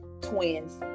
twins